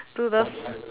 to the